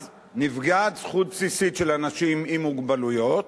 אז נפגעת זכות בסיסית של אנשים עם מוגבלויות,